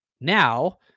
Now